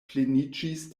pleniĝis